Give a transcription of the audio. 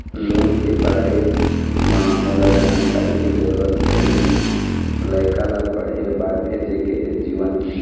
loan के बारे म मोला जानकारी के जरूरत रीहिस, लइका ला पढ़े बार भेजे के हे जीवन